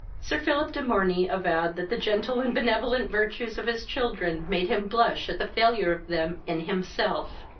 sir philip de morney avowed that the gentle and benevolent virtues of his children made him blush at the failure of them in himself.